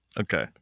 Okay